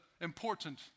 important